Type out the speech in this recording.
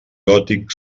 gòtic